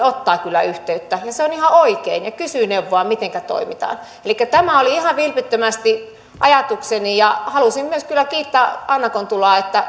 ottaa kyllä yhteyttä ja se on ihan oikein ja kysyy neuvoa mitenkä toimitaan elikkä tämä oli ihan vilpittömästi ajatukseni ja halusin myös kiittää anna kontulaa